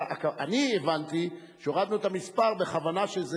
אני הבנתי שהורדנו את המספר בכוונה שזה